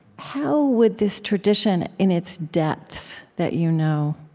how would this tradition, in its depths that you know,